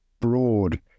broad